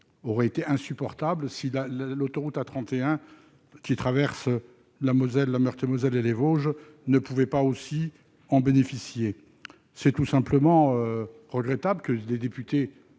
aurait été insupportable si l'autoroute A31, qui traverse la Moselle, la Meurthe-et-Moselle et les Vosges, ne pouvait en bénéficier également. Il est regrettable que des députés